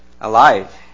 alive